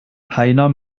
heiner